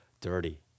dirty